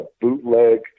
bootleg